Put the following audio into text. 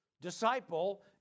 disciple